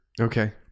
Okay